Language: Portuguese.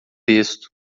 texto